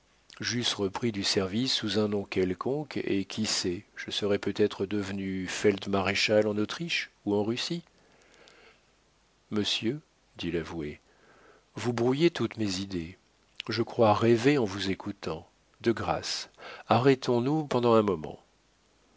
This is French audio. j'eusse repris du service sous un nom quelconque et qui sait je serais peut-être devenu feld maréchal en autriche ou en russie monsieur dit l'avoué vous brouillez toutes mes idées je crois rêver en vous écoutant de grâce arrêtons-nous pendant un moment